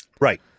Right